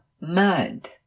mud